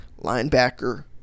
linebacker